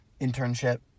internship